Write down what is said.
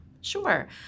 Sure